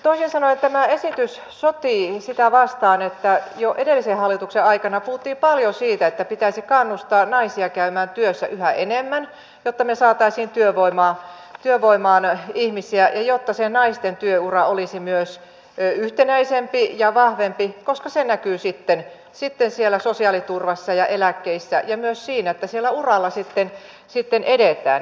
toisin sanoen tämä esitys sotii sitä vastaan mistä jo edellisen hallituksen aikana puhuttiin paljon että pitäisi kannustaa naisia käymään työssä yhä enemmän jotta me saisimme työvoimaan ihmisiä ja jotta naisten työura olisi yhtenäisempi ja vahvempi koska se näkyy sitten sosiaaliturvassa ja eläkkeissä ja myös siinä että uralla sitten edetään